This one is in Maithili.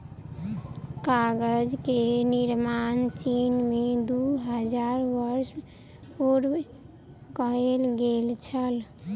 कागज के निर्माण चीन में दू हजार वर्ष पूर्व कएल गेल छल